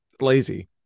Lazy